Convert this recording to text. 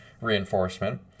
reinforcement